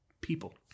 people